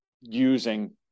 using